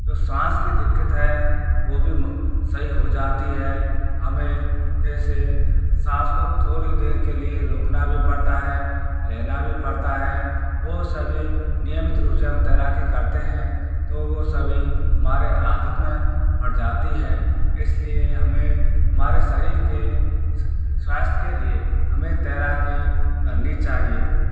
जो सांस की दिक्कत है वो भी सही हो जाती है हमें जैसे साँस को थोड़ी देर के लिए रोकना भी पड़ता है लेना भी पड़ता है वो सभी नियमित रूप से हम तैराकी करते हैं तो वो सभी हमारे आदत में पड़ जाती है इसलिए हमें हमारे शरीर के स्वास्थ्य के लिए हमें तैराकी करनी चाहिए